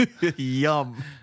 Yum